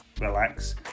relax